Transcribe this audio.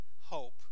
hope